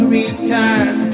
return